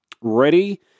ready